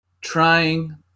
trying